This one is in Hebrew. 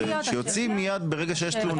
שיוציא מיד ברגע שיש תלונה.